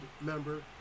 member